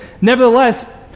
Nevertheless